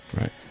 Right